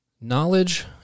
knowledge